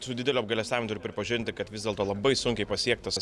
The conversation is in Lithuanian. su dideliu apgailestavimu turiu pripažinti kad vis dėlto labai sunkiai pasiektas